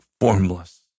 formless